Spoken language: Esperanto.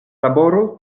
laboro